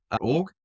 org